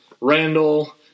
Randall